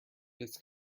this